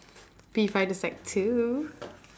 P five to sec two